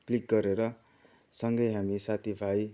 click गरेर सँगै हामी साथीभाइ